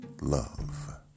love